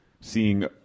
Seeing